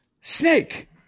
snake